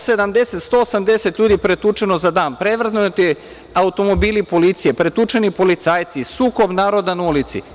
Sto sedamdeset, 180 ljudi pretučeno za dan, prevrnuti automobili policije, pretučeni policajci, sukob naroda na ulici.